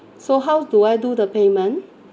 so how do I do the payment